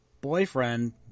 boyfriend